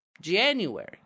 January